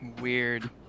weird